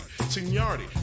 seniority